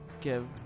give